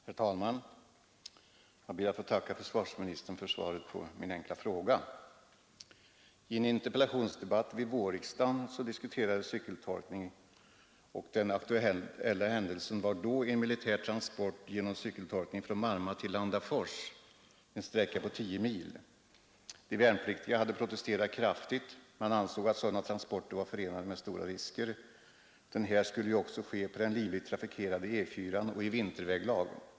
Herr talman! Jag ber att få tacka försvarsministern för svaret på min enkla fråga. I en interpellationsdebatt vid vårriksdagen diskuterades cykeltolkning, och den aktuella händelsen i bakgrunden var då en militär transport genom cykeltolkning från Marma till Landafors, en sträcka på 10 mil. De värnpliktiga hade protesterat kraftigt. De ansåg att sådana transporter var förenade med stora risker, och den här skulle ju också ske på den livligt trafikerade E 4 och i vinterväglag.